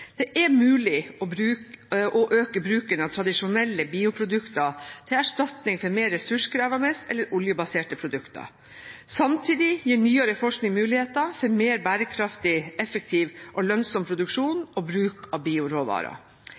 Det er mulig å øke bruken av tradisjonelle bioprodukter til erstatning for mer ressurskrevende eller oljebaserte produkter. Samtidig gir nyere forskning muligheter for mer bærekraftig, effektiv og lønnsom produksjon og bruk av bioråvarer.